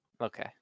Okay